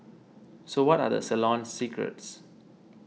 so what are the salon's secrets